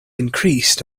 increased